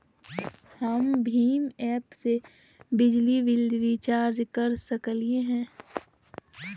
हम भीम ऐप से बिजली बिल रिचार्ज कर सकली हई?